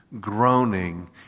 groaning